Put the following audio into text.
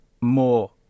more